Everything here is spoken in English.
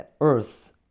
earth